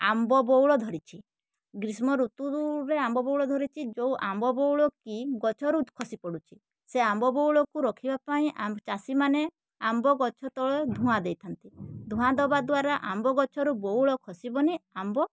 ଆମ୍ବ ବଉଳ ଧରିଛି ଗ୍ରୀଷ୍ମଋତୁରୁ ରେ ଆମ୍ବ ବଉଳ ଧରିଛି ଯେଉଁ ଆମ୍ବ ବଉଳ କି ଗଛରୁ ଖସିପଡ଼ୁଛି ସେ ଆମ୍ବ ବଉଳକୁ ରଖିବାପାଇଁ ଚାଷୀମାନେ ଆମ୍ବ ଗଛ ତଳେ ଧୂଆଁ ଦେଇଥାନ୍ତି ଧୂଆଁ ଦବା ଦ୍ବାରା ଆମ୍ବ ଗଛରୁ ବଉଳ ଖସିବନି ଆମ୍ବ